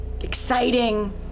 exciting